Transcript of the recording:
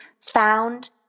found